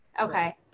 Okay